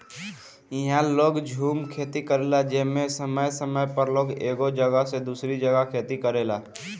इहा लोग झूम खेती करेला जेमे समय समय पर लोग एगो जगह से दूसरी जगह खेती करेला